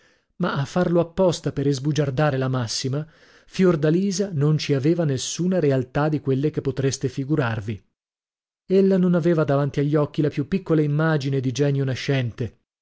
ma a farlo apposta per isbugiardare la massima fiordalisa non ci aveva nessuna realtà di quelle che potreste figurarvi ella non aveva davanti agli occhi la più piccola immagine di genio nascente